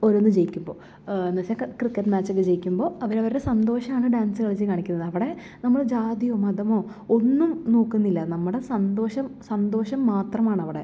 ഓരോന്ന് ജയിക്കുമ്പോൾ എന്ന് വെച്ചാൽ ക്രിക്കറ്റ് മാച്ചില് ജയിക്കുമ്പോൾ അവരവരുടെ സന്തോഷമാണ് ഡാൻസ് കളിച്ച് കാണിക്കുന്നത് അവിടെ നമ്മള് ജാതിയോ മതമോ ഒന്നും നോക്കുന്നില്ല നമ്മുടെ സന്തോഷം സന്തോഷം മാത്രമാണവിടെ